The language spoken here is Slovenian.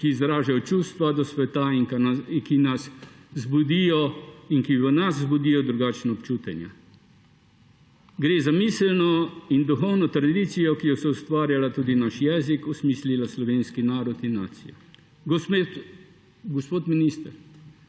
ki izražajo čustva do sveta in ki nas zbudijo in ki v nas zbudijo drugačna občutenja. Gre za miselno in duhovno tradicijo, ki je soustvarjala tudi naš jezik, osmislila slovenski narod in nacijo. Gospod minister,